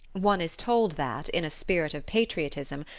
one is told that, in a spirit of patriotism,